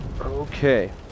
okay